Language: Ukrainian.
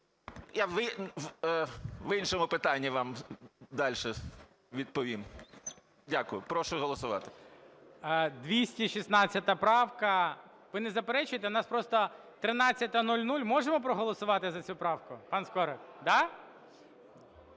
Я в іншому питанні вам далі відповім. Дякую. Прошу голосувати. ГОЛОВУЮЧИЙ. 216 правка. Ви не заперечуєте? У нас просто 13:00, можемо проголосувати за цю правку,